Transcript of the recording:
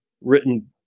written